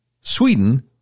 Sweden